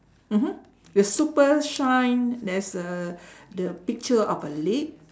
mmhmm the super shine there's a the picture of a lip